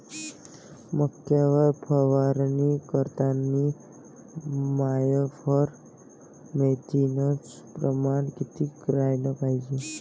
मक्यावर फवारनी करतांनी सायफर मेथ्रीनचं प्रमान किती रायलं पायजे?